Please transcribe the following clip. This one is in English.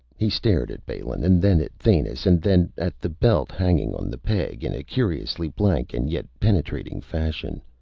he stared at balin, and then at thanis, and then at the belt hanging on the peg, in a curiously blank and yet penetrating fashion,